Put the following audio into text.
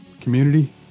community